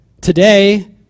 today